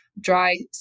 dry